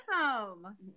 awesome